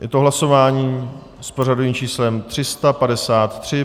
Je to hlasování s pořadovým číslem 353.